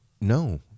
no